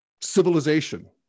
civilization